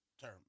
term